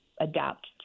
adapt